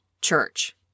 church